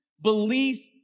belief